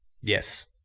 Yes